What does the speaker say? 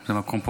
זה המקום פה,